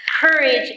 courage